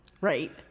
right